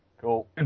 Cool